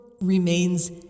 remains